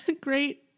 Great